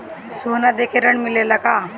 सोना देके ऋण मिलेला का?